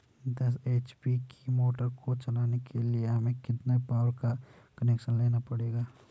दस एच.पी की मोटर को चलाने के लिए हमें कितने पावर का कनेक्शन लेना पड़ेगा?